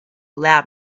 loud